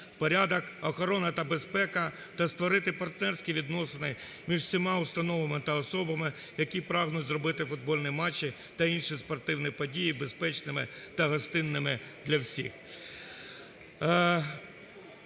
(порядок, охорона та безпека) та створити партнерські відносини між всіма установами та особами, які прагнуть зробити футбольні матчі та інші спортивні події безпечними та гостинними для всіх.